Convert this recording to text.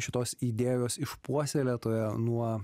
šitos idėjos išpuoselėtoje nuo